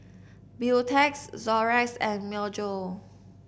Beautex Xorex and Myojo